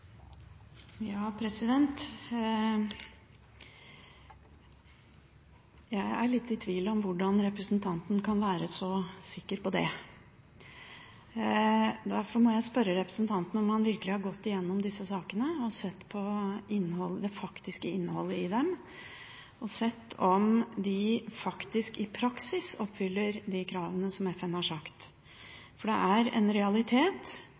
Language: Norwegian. Jeg er litt i tvil om hvordan representanten Kapur kan være så sikker på det. Derfor må jeg spørre representanten om han virkelig har gått gjennom disse sakene og sett på det faktiske innholdet i dem, og om han har sett om de i praksis faktisk oppfyller de kravene som FN har satt. Det er en realitet